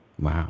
Wow